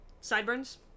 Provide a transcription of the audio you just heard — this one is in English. Sideburns